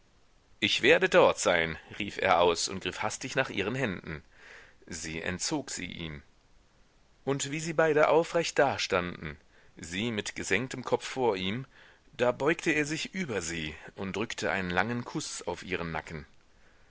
ich werde dort sein rief er aus und griff hastig nach ihren händen sie entzog sie ihm und wie sie beide aufrecht dastanden sie mit gesenktem kopf vor ihm da beugte er sich über sie und drückte einen langen kuß auf ihren nacken